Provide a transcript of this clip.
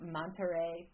Monterey